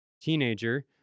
teenager